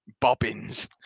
Bobbins